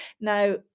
Now